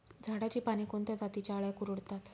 झाडाची पाने कोणत्या जातीच्या अळ्या कुरडतात?